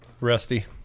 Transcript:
rusty